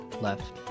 left